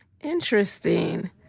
Interesting